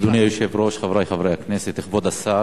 אדוני היושב-ראש, חברי חברי הכנסת, כבוד השר,